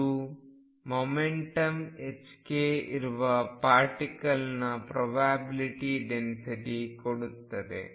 ಇದು momentum ℏk ಇರುವ ಪಾರ್ಟಿಕಲ್ನ ಪ್ರೊಬ್ಯಾಬಿಲ್ಟಿ ಡೆನ್ಸಿಟಿ ಕೊಡುತ್ತದೆ